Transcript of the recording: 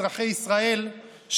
אזרחי ישראל,